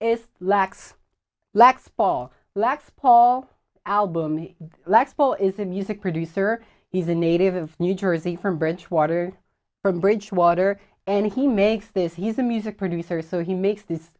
is lax lax paul lax paul album lax paul is a music producer he's a native of new jersey from bridgewater from bridgewater and he makes this he's a music producer so he makes this